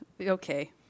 Okay